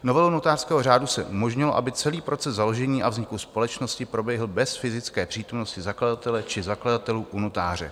Novelou notářského řádu se umožnilo, aby celý proces založení a vzniku společnosti proběhl bez fyzické přítomnosti zakladatele či zakladatelů u notáře.